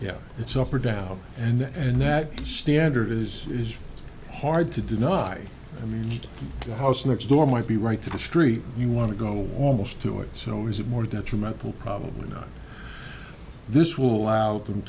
yeah it's up or down and that standard is is hard to deny i mean the house next door might be right to the street you want to go almost to it so is it more detrimental probably not this will allow them